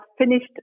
finished